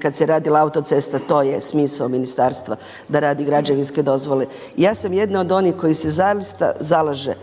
kad se radila autocesta to je smisao ministarstva da radi građevinske dozvole. Ja sam jedna od onih koja se zaista zalaže